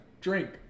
Drink